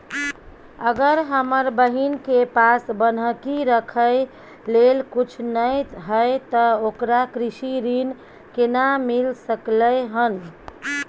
अगर हमर बहिन के पास बन्हकी रखय लेल कुछ नय हय त ओकरा कृषि ऋण केना मिल सकलय हन?